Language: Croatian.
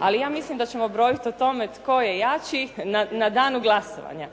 Ali ja mislim da ćemo brojit o tome tko je jači na danu glasovanja.